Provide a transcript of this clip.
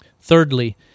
Thirdly